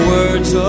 Words